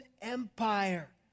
Empire